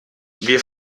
wir